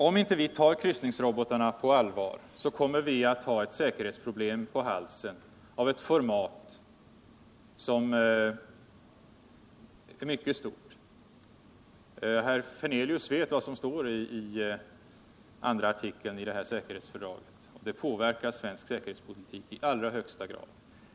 Om vi inte tar kryssningsrobotarna på allvar kommer vi att ha ett säkerhetspreblem av mycket omfattande format på halsen. Herr Hernelius vet vad som står i andra artikeln i säkerhetsfördraget. Det påverkar i allra högsta grad svensk säkerhetspolitik.